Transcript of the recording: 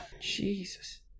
jesus